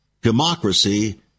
democracy